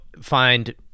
find